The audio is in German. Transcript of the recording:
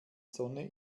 sonne